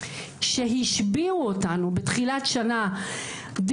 שהשביעו אותנו בתחילת שנה,